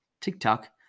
TikTok